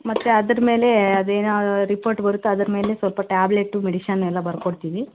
ಮತ್ತೆ ಅದರ ಮೇಲೆ ಅದು ಏನು ರಿಪೋರ್ಟ್ ಬರುತ್ತೊ ಅದರ ಮೇಲೆ ಸ್ವಲ್ಪ ಟ್ಯಾಬ್ಲೆಟ್ಟು ಮೆಡಿಶನ್ನು ಎಲ್ಲ ಬರ್ಕೊಡ್ತೀವಿ